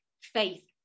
faith